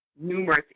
numerous